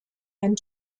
and